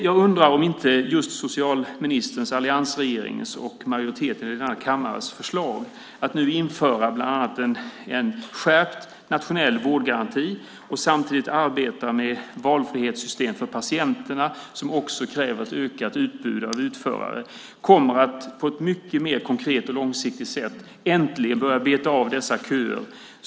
Jag undrar om inte socialministerns, alliansregeringens och majoritetens i denna kammare förslag att bland annat införa en skärpt nationell vårdgaranti och samtidigt arbeta med ett valfrihetssystem för patienterna, som också kräver ett ökat utbud av utförare, på ett mycket mer konkret och långsiktigt sätt äntligen kommer att börja beta av dessa köer.